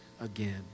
again